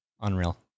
Unreal